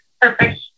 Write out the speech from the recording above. perfect